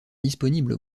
disponible